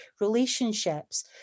relationships